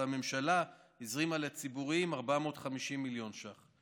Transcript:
והממשלה הזרימה לציבוריים 450 מיליון ש"ח.